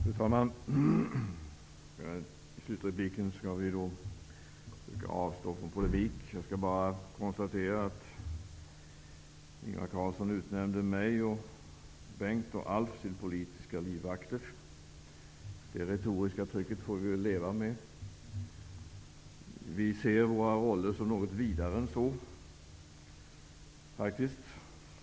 Fru talman! Jag skall i mitt sista inlägg försöka att avstå från polemik. Jag skall bara konstatera att Ingvar Carlsson utnämnde mig, Bengt Westerberg och Alf Svensson till politiska livvakter. Det retoriska trycket får vi väl leva med. Vi ser våra roller som något vidare än så.